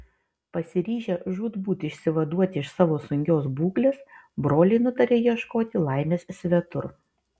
pasiryžę žūtbūt išsivaduoti iš savo sunkios būklės broliai nutarė ieškoti laimės svetur